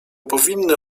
powinny